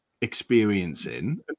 experiencing